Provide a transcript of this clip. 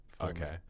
Okay